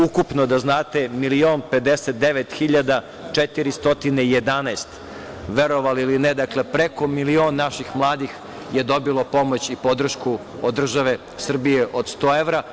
Ukupno, da znate, milion 59 hiljada 411, verovali ili ne, preko milion naših mladih je dobilo pomoć i podršku od države Srbije od 100 evra.